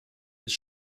ist